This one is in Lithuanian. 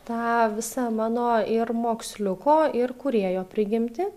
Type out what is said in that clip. tą visą mano ir moksliuko ir kūrėjo prigimtį